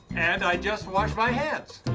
and i just washed my hands,